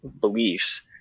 beliefs